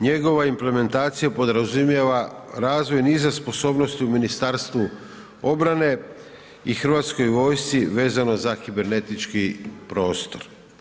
Njegova implementacija podrazumijeva razvoj niza sposobnosti u Ministarstvu obrane i Hrvatskoj vojsci vezano za kibernetički prostor.